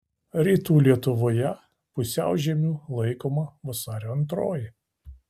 rytų lietuvoje pusiaužiemiu laikoma vasario antroji